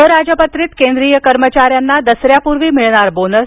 अराजपत्रित केंद्रिय कर्मचाऱ्यांना दसऱ्यापूर्वी मिळणार बोनस